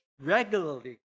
regularly